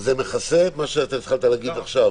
זה מכסה מה שהתחלת להגיד עכשיו?